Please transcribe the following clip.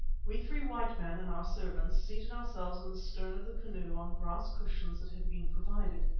we three white men and our servants seated ourselves in the stern of the canoe on grass cushions that had been provided.